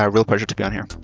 ah real pleasure to be on here.